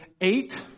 eight